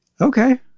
okay